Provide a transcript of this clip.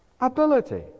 ability